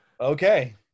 Okay